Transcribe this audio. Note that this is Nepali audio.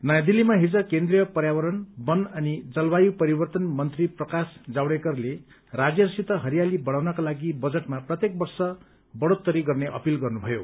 नयाँ दिल्लीमा हिज केन्द्रीय पर्यावरण वन अनि जलवायु परिवर्तन मन्त्री प्रकाश जावड़ेकरले राज्यहरूसित हरियाली बढ़ाउनका लागि बजटमा प्रत्येक वर्ष बढ़ोत्तरी गर्ने अपिल गर्नुभयो